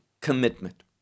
commitment